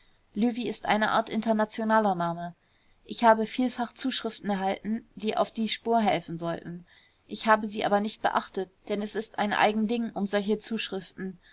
löwy ist eine art internationaler name ich habe vielfach zuschriften erhalten die auf die spur helfen sollten ich habe sie aber nicht beachtet denn es ist ein eigen ding um solche zuschriften